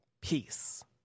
Peace